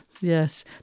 Yes